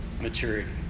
maturity